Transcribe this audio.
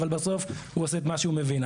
אבל בסוף הוא עושה את מה שהוא מבין.